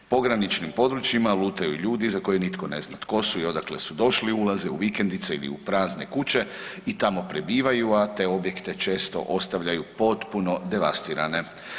Pograničnim područjima lutaju ljudi za koje nitko ne zna tko su i odakle su došli, ulaze u vikendice ili u prazne kuće i tamo prebivaju, a te objekte često ostavljaju potpuno devastirane.